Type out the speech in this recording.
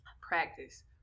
practice